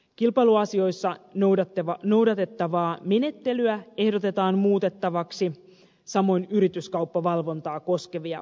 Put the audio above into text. kilpailuasioissa noudatettavaa menettelyä ehdotetaan muutettavaksi samoin yrityskauppavalvontaa koskevia säännöksiä